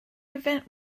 event